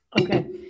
Okay